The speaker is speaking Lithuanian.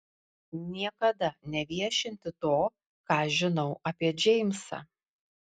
niekada neviešinti to ką žinau apie džeimsą